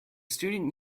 student